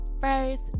first